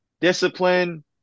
discipline